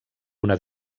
una